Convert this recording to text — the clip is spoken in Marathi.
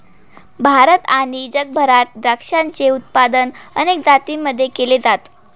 भारत आणि जगभरात द्राक्षाचे उत्पादन अनेक जातींमध्ये केल जात